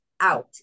out